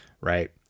right